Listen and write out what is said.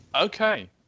Okay